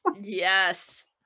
Yes